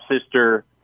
sister